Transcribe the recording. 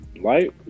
light